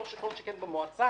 לא כל שכן במועצה,